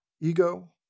ego